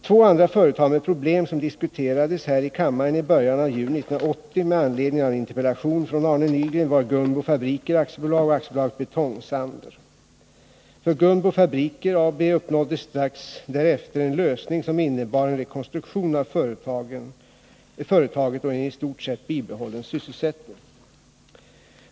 Två andra företag med problem som diskuterades här i kammaren i början av juni 1980 med anledning av en interpellation från Arne Nygren var Gunbo Fabriker AB och AB Betong-Sander. För Gunbo Fabriker AB uppnåddes strax därefter en lösning som innebar en rekonstruktion av företaget och en i stort bibehållen sysselsättning.